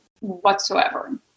whatsoever